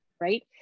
right